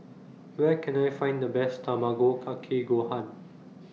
Where Can I Find The Best Tamago Kake Gohan